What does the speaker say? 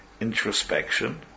introspection